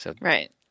Right